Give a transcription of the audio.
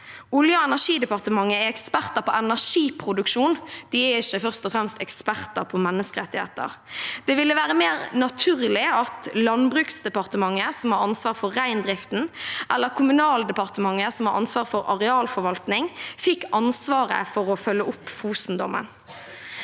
Olje- og energidepartementet er eksperter på energiproduksjon, de er ikke først og fremst eksperter på menneskerettigheter. Det ville være mer naturlig at Landbruksdepartementet, som har ansvar for reindriften, eller Kommunaldepartementet, som har ansvar for arealforvaltning, fikk ansvaret for å følge opp Fosen-dommen.